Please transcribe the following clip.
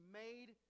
made